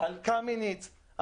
על קמיניץ,